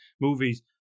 movies